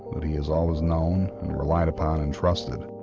that he has always known and relied upon and trusted,